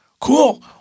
Cool